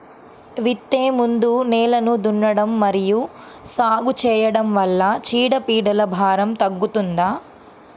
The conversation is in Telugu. విత్తే ముందు నేలను దున్నడం మరియు సాగు చేయడం వల్ల చీడపీడల భారం తగ్గుతుందా?